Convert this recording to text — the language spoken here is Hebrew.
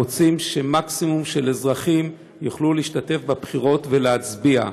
רוצים שמקסימום של אזרחים יוכלו להשתתף בבחירות ולהצביע.